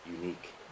unique